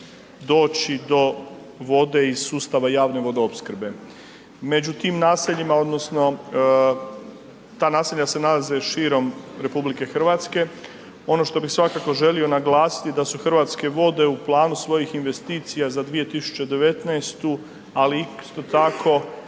doći do vode iz sustava javne vodoopsrkbe. Među tim naseljima odnosno ta naselja se nalaze širom RH, ono što bi svakako želio naglasiti da su Hrvatske vode u planu svojih investicija za 2019., ali isto tako